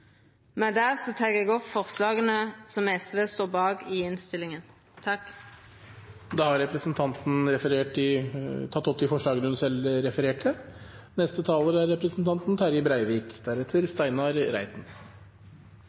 tek eg opp forslaget som SV står åleine om i innstillinga. Da har representanten Solfrid Lerbrekk tatt opp det forslaget hun refererte til. Eit trygt og inkluderande arbeidsliv er